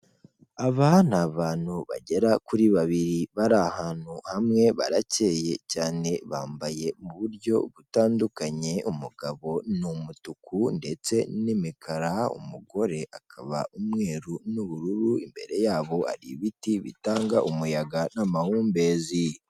Aba ni abantu bagera kuri babiri bari ahantu hamwe baracyeye cyane, bambaye mu buryo butandukanye, umugabo ni umutuku ndetse n'imikara, umugore akaba umweru n'ubururu, imbere yabo hari ibiti bitanga umuyaga n'amahumbezi.